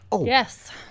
Yes